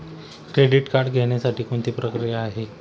Credit card घेण्यासाठी कोणती प्रक्रिया आहे?